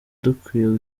dukwiye